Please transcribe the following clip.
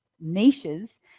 niches